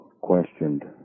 questioned